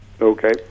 Okay